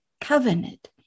covenant